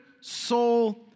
soul